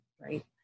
right